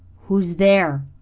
who's there?